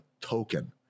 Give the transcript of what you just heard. token